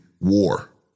war